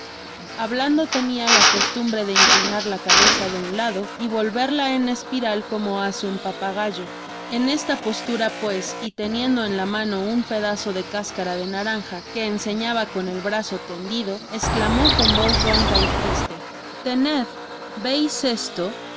hablando tenia la costumbre de inclinar la cabeza de un lado y volverla en espiral como hace un papagayo en esta postura pues y teniendo en la mano un pedazo de cascara de naranja que enseñaba con el brazo tendido esclamó con voz ronca y triste tened veis esto no